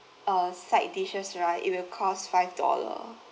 uh side dishes right it will cost five dollars